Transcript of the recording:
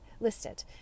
listed